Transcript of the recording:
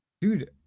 Dude